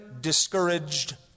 discouraged